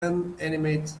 inanimate